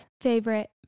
favorite